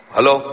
Hello